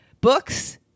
Books